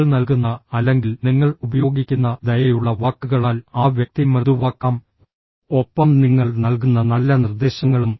നിങ്ങൾ നൽകുന്ന അല്ലെങ്കിൽ നിങ്ങൾ ഉപയോഗിക്കുന്ന ദയയുള്ള വാക്കുകളാൽ ആ വ്യക്തി മൃദുവാക്കാം ഒപ്പം നിങ്ങൾ നൽകുന്ന നല്ല നിർദ്ദേശങ്ങളും